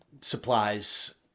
supplies